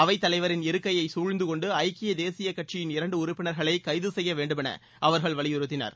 அவைத் தலைவரின் இருக்கையை சூழ்ந்துகொண்டு ஐக்கிய தேசிய கட்சியின் இரண்டு உறுப்பினர்களை கைது செய்யவேண்டும் என அவர்கள் வலியுறுத்தினர்